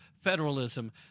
federalism